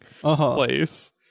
place